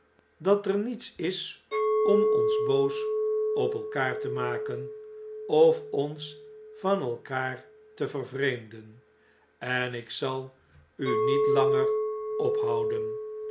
dat er niets is om ons boos op elkaar te maken of ons van elkaar te vervreemden en ik zal u niet langer ophouden